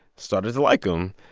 started to like him.